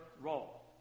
role